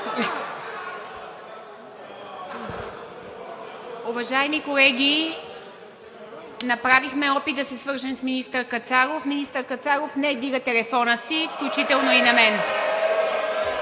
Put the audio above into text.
Уважаеми колеги, направихме опит да се свържем с министър Кацаров. Министър Кацаров не вдига телефона си, включително и на мен.